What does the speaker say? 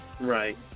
Right